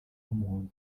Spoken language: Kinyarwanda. w’umuhondo